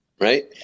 right